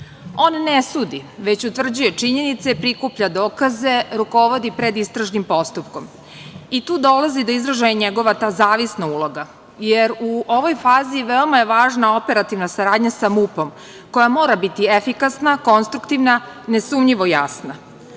On ne sudi, već utvrđuje činjenice, prikuplja dokaze, rukovodi predistražnim postupkom. Tu dolazi do izražaja njegova ta zavisna uloga, jer u ovoj fazi veoma je važna operativna saradnja sa MUP-om, koja mora biti efikasna, konstruktivna, nesumnjivo jasna. Sada